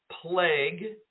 plague